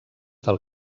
del